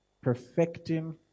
Perfecting